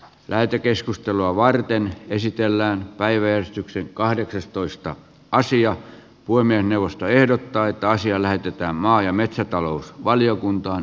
lähetekeskustelua varten esitellään päiväystyksen kahdeksastoista asiat poimien puhemiesneuvosto ehdottaa että asia lähetetään maa ja metsätalousvaliokuntaan